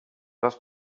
das